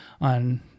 on